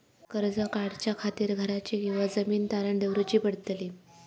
कर्ज काढच्या खातीर घराची किंवा जमीन तारण दवरूची पडतली?